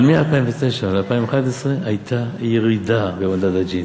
אבל מ-2009 עד 2011 הייתה ירידה במדד ג'יני,